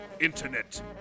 internet